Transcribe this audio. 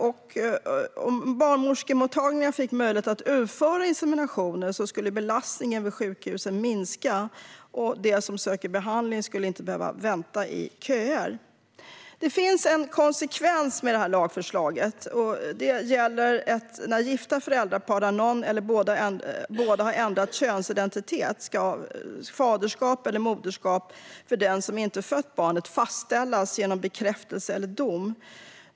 Om barnmorskemottagningar fick möjlighet att utföra inseminationer skulle belastningen vid sjukhusen minska, och de som söker behandling skulle inte behöva vänta i köer. En konsekvens av lagförslaget blir att för ett gift föräldrapar där någon eller båda har ändrat könsidentitet ska faderskap eller moderskap för den som inte fött barnet fastställas genom bekräftelse eller dom.